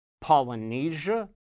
Polynesia